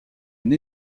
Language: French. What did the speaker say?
une